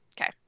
Okay